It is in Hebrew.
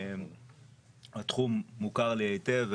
התחום מוכר לי היטב,